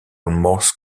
morse